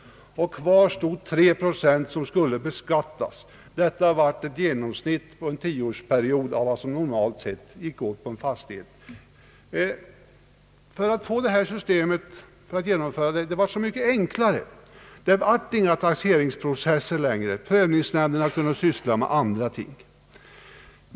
Kvar blir alltså 3 procent, som skulle beskattas. Beräkningen byggde på ett genomsnitt av vad som under en tioårsperiod normalt gick åt för reparationer på en fastighet. Detta system blev mycket enklare. Vi fick inte så många processer längre. Prövningsnämnderna kunde syssla med andra ting.